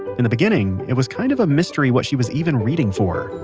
in the beginning, it was kind of a mystery what she was even reading for.